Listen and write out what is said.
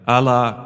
Allah